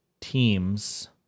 teams